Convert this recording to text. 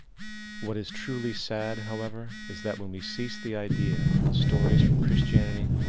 what is truly sad however, is that when we cease the idea that the stories from christianity,